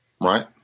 right